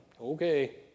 okay